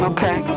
Okay